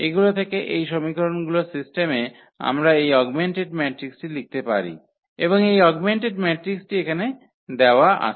এগুলো থেকে এই সমীকরণগুলির সিস্টেমে আমরা এই অগমেন্টেড ম্যাট্রিক্সটি লিখতে পারি এবং এই অগমেন্টেড ম্যাট্রিক্সটি এখানে দেওয়া আছে